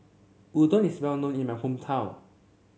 Udon is well known in my hometown